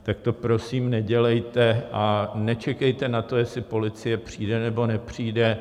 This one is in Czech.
Tak to prosím nedělejte a nečekejte na to, jestli policie přijde, nebo nepřijde.